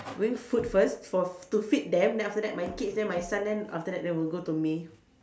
going food first for to feed them then after that my kids then my son then after that then will go to me